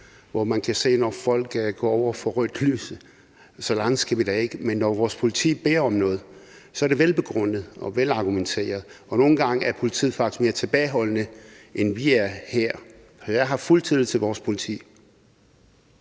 hvor man kan se, når folk går over for rødt lys. Så langt skal vi da ikke gå. Men når vores politi beder om noget, så er det velbegrundet og velargumenteret, og nogle gange er politiet faktisk mere tilbageholdende, end vi er her, så jeg har fuld tillid til vores politi.